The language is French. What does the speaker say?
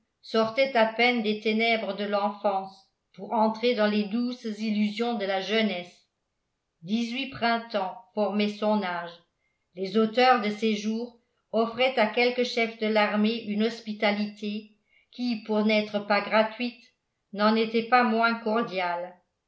sortait à peine des ténèbres de l'enfance pour entrer dans les douces illusions de la jeunesse dix-huit printemps formaient son âge les auteurs de ses jours offraient à quelques chefs de l'armée une hospitalité qui pour n'être pas gratuite n'en était pas moins